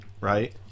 Right